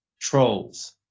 trolls